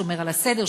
שומר על הסדר,